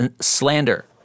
slander